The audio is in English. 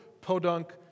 podunk